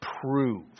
prove